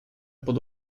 pod